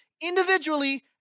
individually